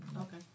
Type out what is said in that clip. Okay